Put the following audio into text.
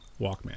Walkman